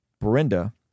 Brenda